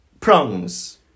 Prongs